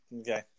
Okay